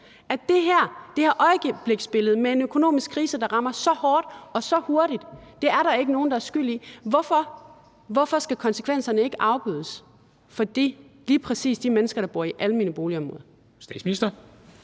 at det her øjebliksbillede med en økonomisk krise, der rammer så hårdt og så hurtigt, er der ikke nogen der er skyld i. Hvorfor skal konsekvenserne ikke afbødes for lige præcis de mennesker, der bor i almene boligområder?